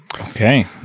Okay